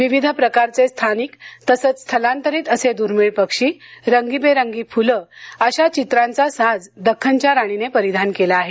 विविध प्रकारचे स्थानिक तसंच स्थलांतरित असे दुर्मीळ पक्षी रंगीबेरंगी फुलं अशा चित्रांचा साज दक्खनच्या राणीने परिधान केला आहे